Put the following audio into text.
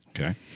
Okay